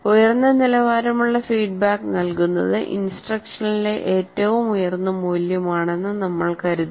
ഉയർന്ന നിലവാരമുള്ള ഫീഡ്ബാക്ക് നൽകുന്നത് ഇൻസ്ട്രക്ഷനിലെ ഏറ്റവും ഉയർന്ന മൂല്യമാണെന്ന് നമ്മൾ കരുതുന്നു